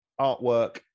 artwork